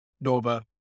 Nova